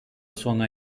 sona